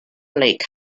lake